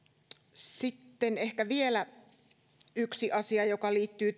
sitten ehkä vielä yksi asia joka liittyy